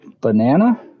Banana